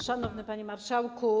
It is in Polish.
Szanowny Panie Marszałku!